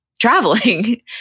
traveling